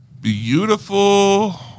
Beautiful